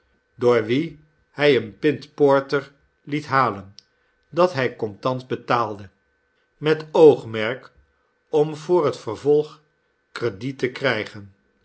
door wien hij een pint porter liet halen dat hij contant betaalde met oogmerk om voor het vervolg crediet te krijgen